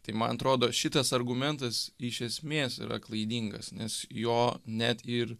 tai man atrodo šitas argumentas iš esmės yra klaidingas nes jo net ir